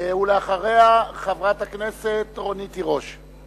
ואחריה, חברת הכנסת רונית תירוש.